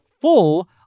full